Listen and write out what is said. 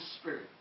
spirit